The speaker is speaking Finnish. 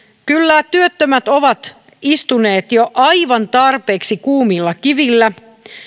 kyllä työttömät ovat istuneet jo aivan tarpeeksi kuumilla kivillä